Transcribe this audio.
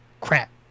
crap